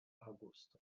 aŭgusto